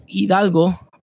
Hidalgo